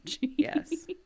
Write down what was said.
Yes